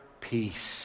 peace